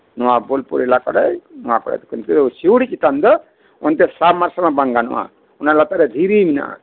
ᱱᱚᱶᱟ ᱵᱳᱞᱯᱩᱨ ᱮᱞᱟᱠᱟ ᱠᱚᱨᱮᱫ ᱠᱤᱱᱛᱩ ᱥᱤᱣᱲᱤ ᱪᱮᱛᱟᱱ ᱫᱚ ᱚᱱᱛᱮ ᱥᱟᱵᱢᱟᱨᱥᱟᱞ ᱢᱟ ᱵᱟᱝ ᱜᱟᱱᱚᱜᱼᱟ ᱞᱟᱛᱟᱨ ᱨᱮ ᱫᱷᱤᱨᱤ ᱢᱮᱱᱟᱜᱼᱟ